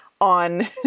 on